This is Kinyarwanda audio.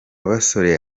basore